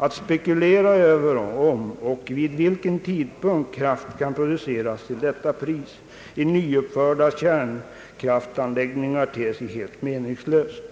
Att spekulera över om och vid vilken tidpunkt kraft kan produceras till detta pris i nyuppförda kärnkraftanläggningar ter sig helt meningslöst.»